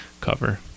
cover